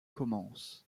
commencent